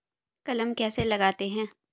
कलम कैसे लगाते हैं?